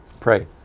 Pray